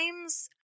times